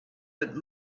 would